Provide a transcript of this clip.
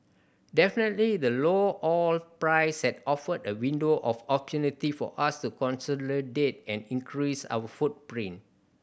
definitely the low oil price has offered a window of opportunity for us to consolidate and increase our footprint